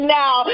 now